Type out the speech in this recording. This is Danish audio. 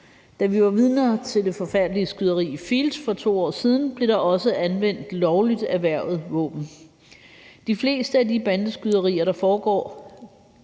Da vi var vidner til det forfærdelige skyderi i Field's for 2 år siden, blev der også anvendt et lovligt erhvervet våben. De fleste af de bandeskyderier, der foregår,